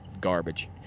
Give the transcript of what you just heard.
Garbage